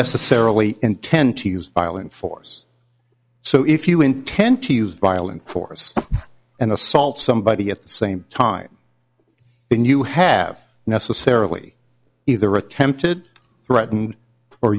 necessarily intend to use violent force so if you intend to use violent force and assault somebody at the same time when you have necessarily either attempted threaten or